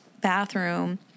bathroom